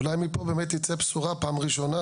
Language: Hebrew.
אולי מפה באמת תצא בשורה פעם ראשונה,